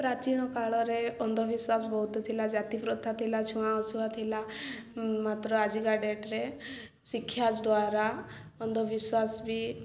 ପ୍ରାଚୀନ କାଳରେ ଅନ୍ଧବିଶ୍ୱାସ ବହୁତ ଥିଲା ଜାତିପ୍ରଥା ଥିଲା ଛୁଆଁଅଛୁଁଆ ଥିଲା ମାତ୍ର ଆଜିକା ଡେଟରେ ଶିକ୍ଷା ଦ୍ୱାରା ଅନ୍ଧବିଶ୍ୱାସ ବି